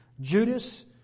Judas